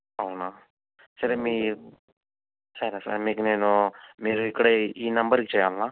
అవునా సరే మీ సరే సార్ మీకు నేను మీరు ఇక్కడే ఈ నెంబర్కి చెయాలా